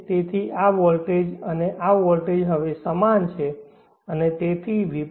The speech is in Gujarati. તેથી આ વોલ્ટેજ અને આ વોલ્ટેજ હવે સમાન છે અને તેથી Vp